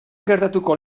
gertatuko